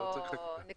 לא צריך חקיקה.